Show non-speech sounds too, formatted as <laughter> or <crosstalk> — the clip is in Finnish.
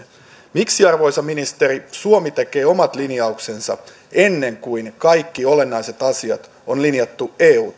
miksi arvoisa ministeri suomi tekee omat linjauksensa ennen kuin kaikki olennaiset asiat on linjattu eu <unintelligible>